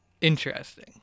Interesting